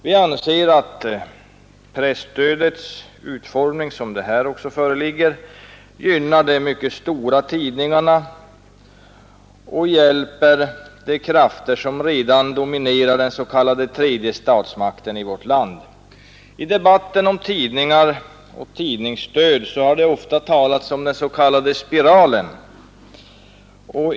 Vi anser att presstödets utformning, även som det föreligger i dag, gynnar de mycket stora tidningarna och hjälper de krafter som redan dominerar den s.k. tredje statsmakten i vårt land. I debatten om tidningar och tidningsdöd har det ofta talats om den s.k. spiralen.